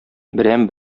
берәм